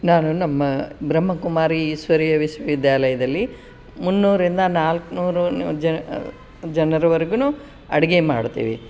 ನಾನು ನಮ್ಮ ಬ್ರಹ್ಮಕುಮಾರಿ ಈಶ್ವರೀಯ ವಿಶ್ವ ವಿದ್ಯಾಲಯದಲ್ಲಿ ಮುನ್ನೂರರಿಂದ ನಾಲ್ಕ್ನೂರು ಜ ಜನರ್ವರ್ಗೂನು ಅಡುಗೆ ಮಾಡ್ತೀವಿ